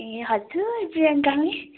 ए हजुर प्रियङ्का हो नि